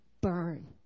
burn